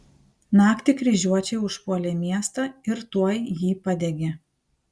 naktį kryžiuočiai užpuolė miestą ir tuoj jį padegė